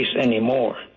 anymore